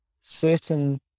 certain